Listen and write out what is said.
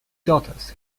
daughters